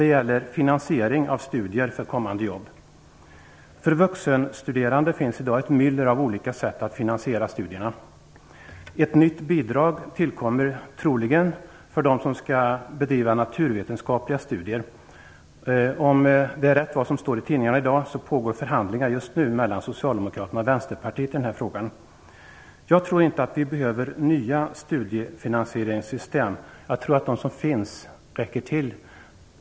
Det gäller finansiering av studier för kommande jobb. För vuxenstuderande finns i dag ett myller av olika sätt att finansiera studierna. Troligen tillkommer ett nytt bidrag för dem som skall bedriva naturvetenskapliga studier. Om det som står i tidningarna i dag är riktigt pågår just nu förhandlingar mellan Socialdemokraterna och Vänsterpartiet i den här frågan. Jag tror inte att det behövs nya studiefinansieringssystem. Jag tror att de som finns räcker till.